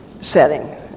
setting